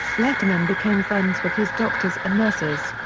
letterman became friends with his doctors and nurses.